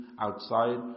outside